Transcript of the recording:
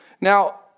Now